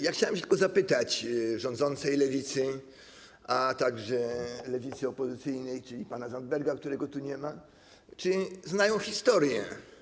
Ja chciałem tylko zapytać rządzącej lewicy, a także lewicy opozycyjnej, czyli pana Zandberga, którego tu nie ma, czy znają historię.